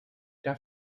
der